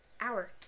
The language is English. hour